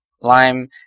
Lime